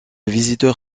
visiteur